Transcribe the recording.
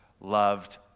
loved